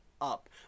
up